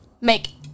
make